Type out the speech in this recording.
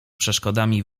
przeszkodami